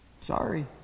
Sorry